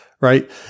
right